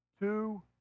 Two